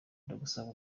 ndagusaba